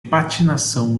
patinação